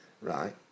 right